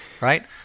right